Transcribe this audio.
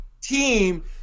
team